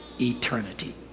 eternity